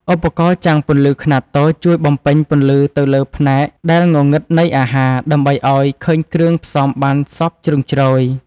ឧបករណ៍ចាំងពន្លឺខ្នាតតូច ជួយបំពេញពន្លឺទៅលើផ្នែកដែលងងឹតនៃអាហារ ដើម្បីឱ្យឃើញគ្រឿងផ្សំបានសព្វជ្រុងជ្រោយ។